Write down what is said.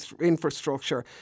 infrastructure